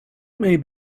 may